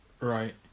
Right